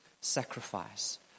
sacrifice